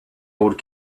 old